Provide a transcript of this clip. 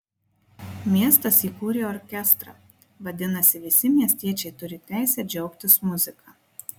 miestas įkūrė orkestrą vadinasi visi miestiečiai turi teisę džiaugtis muzika